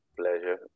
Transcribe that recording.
Pleasure